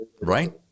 right